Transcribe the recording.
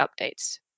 updates